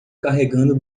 carregando